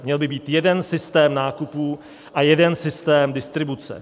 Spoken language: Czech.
Měl by být jeden systém nákupů a jeden systém distribuce.